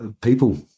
People